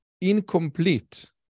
incomplete